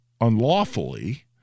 unlawfully